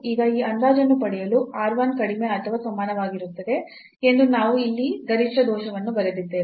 ಈಗ ಈ ಅಂದಾಜನ್ನು ಪಡೆಯಲು R 1 ಕಡಿಮೆ ಅಥವಾ ಸಮಾನವಾಗಿರುತ್ತದೆ ಎಂದು ನಾವು ಇಲ್ಲಿ ಗರಿಷ್ಠ ದೋಷವನ್ನು ಬರೆದಿದ್ದೇವೆ